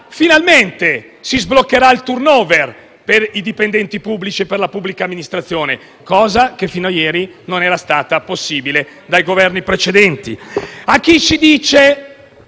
finalmente si sbloccherà il *turnover* per i dipendenti pubblici e per la pubblica amministrazione; cosa che fino a ieri non era stata possibile con i Governi precedenti. A chi ci dice